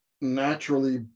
naturally